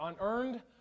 unearned